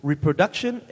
Reproduction